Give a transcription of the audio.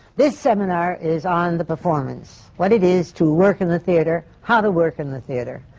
this seminar is on the performance. what it is to work in the theatre. how to work in the theatre.